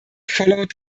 followed